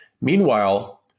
Meanwhile